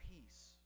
peace